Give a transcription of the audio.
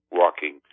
walking